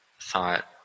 thought